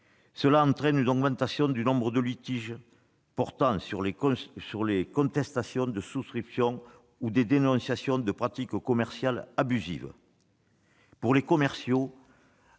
Cela entraîne une augmentation du nombre de litiges portant sur des contestations de souscription ou des dénonciations de pratiques commerciales abusives. Pour les commerciaux